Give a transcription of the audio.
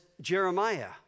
Jeremiah